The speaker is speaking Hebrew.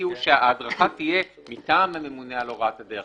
זה שההדרכה תהיה מטעם הממונה על הוראת הדרך.